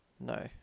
No